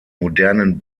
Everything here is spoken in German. modernen